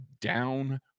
down